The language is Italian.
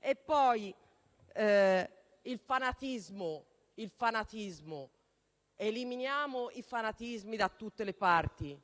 E poi il fanatismo; eliminiamo i fanatismi da tutte le parti.